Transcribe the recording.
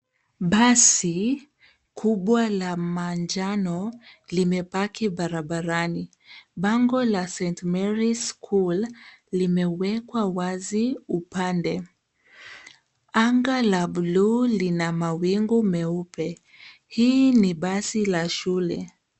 Basi kubwa la manjano, limepaki barabarani. Bango la Saint Mary's School , limewekwa wazi upande. Anga la buluu lina mawingu meupe. Hii ni basi la shule.